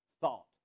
thought